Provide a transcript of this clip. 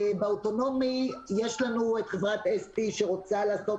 באוטונומי יש לנו את חברת ST שרוצה לעשות